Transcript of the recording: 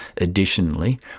Additionally